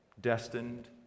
destined